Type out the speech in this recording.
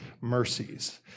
mercies